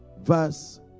Verse